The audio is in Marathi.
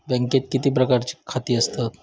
बँकेत किती प्रकारची खाती असतत?